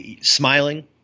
smiling